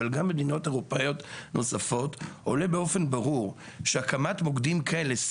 אבל גם במדינות אירופאיות נוספות עולה באופן ברור כי הקמת CIT,